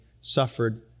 suffered